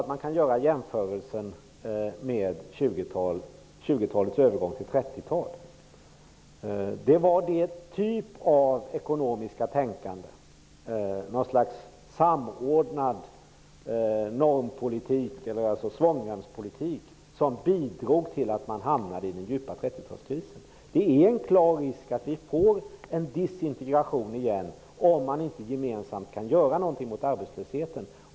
Man kan göra jämförelsen med övergången från 20-talet till 30-talet. Det var en typ av ekonomiskt tänkande, det var ett slags samordnad svångremspolitik som bidrog till att man hamnade i den djupa 30 talskrisen. Det finns stor risk för att vi får en disintegration igen om vi inte gemensamt kan göra någonting åt arbetslösheten.